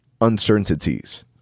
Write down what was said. uncertainties